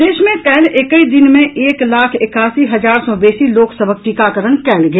प्रदेश मे काल्हि एकहि दिन मे एक लाख एकासी हजार सँ बेसी लोक सभक टीकाकरण कयल गेल